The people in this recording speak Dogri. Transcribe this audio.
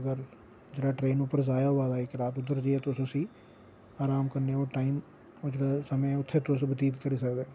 अगर ट्रेन उप्पर ज़ाया होआ दा इक रात उद्धर जाइयै तुस उसी आराम कन्नै ओह् टाईम उत्थैं तुस बतीत करी सकदे हो